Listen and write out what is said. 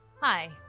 Hi